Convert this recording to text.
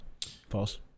False